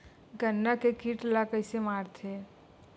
गन्ना के कीट ला कइसे मारथे?